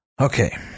Okay